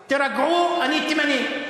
תירגעו, אני תימני".